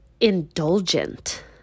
indulgent